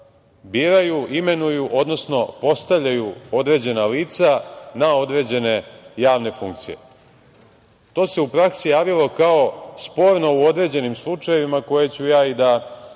biraju, imenuju, odnosno postavljaju određena lica na određene javne funkcije. To se u praksi javilo kao sporno u određenim slučajevima koje ću ja i da navedem. Mi